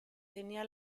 tenía